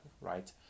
right